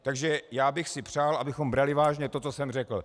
Takže já bych si přál, abychom brali vážně to, co jsem řekl.